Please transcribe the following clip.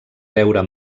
veure